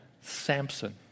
Samson